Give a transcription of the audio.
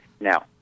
Now